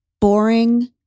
boring